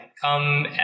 come